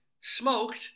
Smoked